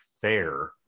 fair